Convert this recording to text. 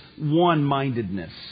one-mindedness